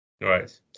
Right